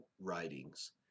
writings